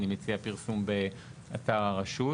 אני מציע פרסום באתר הרשות,